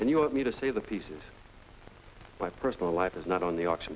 and you want me to see the pieces my personal life is not on the auction